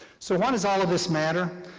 so why does all of this matter?